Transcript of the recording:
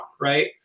right